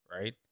right